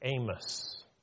Amos